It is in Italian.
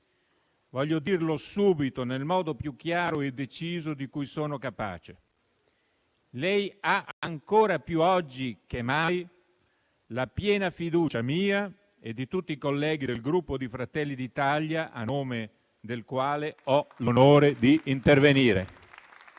voglio dirlo subito nel modo più chiaro e deciso di cui sono capace: lei ha ancora più oggi che mai la piena fiducia mia e di tutti i colleghi del Gruppo Fratelli d'Italia, a nome del quale ho l'onore di intervenire.